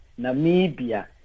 namibia